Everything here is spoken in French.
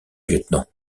lieutenant